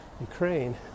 Ukraine